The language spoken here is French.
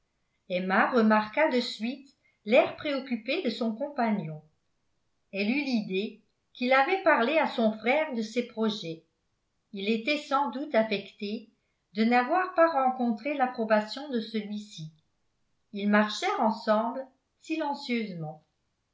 emma remarqua de suite l'air préoccupé de son compagnon elle eut l'idée qu'il avait parlé à son frère de ses projets il était sans doute affecté de n'avoir pas rencontré l'approbation de celui-ci ils marchèrent ensemble silencieusement